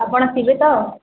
ଆପଣ ଥିବେ ତ